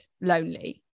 lonely